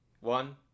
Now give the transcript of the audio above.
One